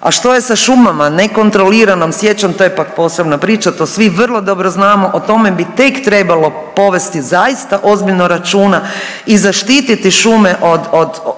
A što se sa šumama, nekontroliranom sječom, to je pak posebna priča, to svi vrlo dobro znamo, o tome bi tek trebalo povesti zaista ozbiljno računa i zaštititi šume od